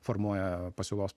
formuoja pasiūlos